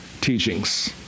teachings